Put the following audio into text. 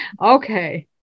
Okay